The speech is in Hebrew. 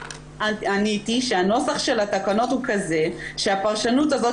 עניתי שהנוסח של התקנות הוא כזה שהפרשנות הזאת